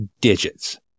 digits